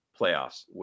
playoffs